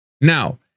Now